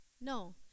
No